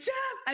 Jeff